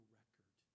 record